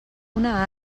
una